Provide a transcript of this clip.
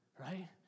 right